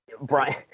brian